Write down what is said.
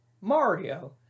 Mario